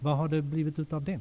Vad har det blivit av den?